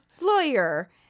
lawyer